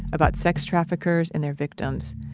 about sex traffickers and their victims.